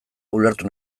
ulertu